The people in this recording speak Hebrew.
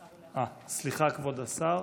סליחה, כבוד השר,